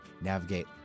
navigate